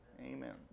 Amen